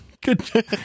Good